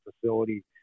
facility